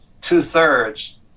two-thirds